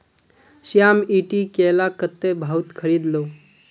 श्याम ईटी केला कत्ते भाउत खरीद लो